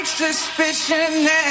suspicion